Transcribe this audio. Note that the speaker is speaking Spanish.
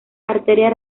arteria